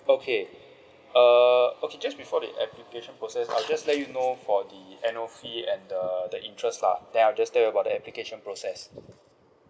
okay err okay just before that application process I'll just let you know for the annual fee and the the interest lah then I'll just tell you about the application process